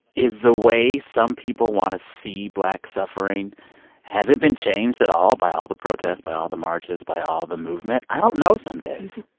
is the way some people want to see black suffering has it been changed at all by all the protests, by all the marches, by all the movement? i don't know some days,